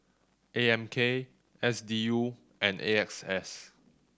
A M K S D U and A X S